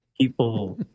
People